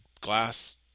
glass